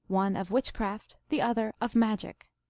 one of witchcraft, the other of magic.